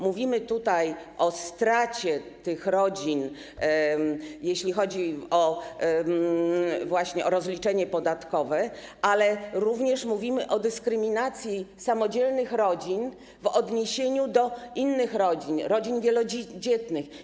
Mówimy tutaj nie tylko o stracie tych rodzin, jeśli chodzi właśnie o rozliczenie podatkowe, ale również o dyskryminacji samodzielnych rodzin w odniesieniu do innych rodzin, rodzin wielodzietnych.